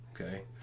Okay